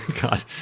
god